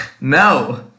No